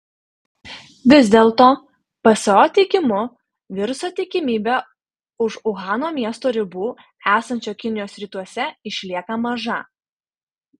vis dėl to pso teigimu viruso tikimybė už uhano miesto ribų esančio kinijos rytuose išlieka maža